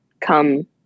come